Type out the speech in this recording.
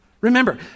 Remember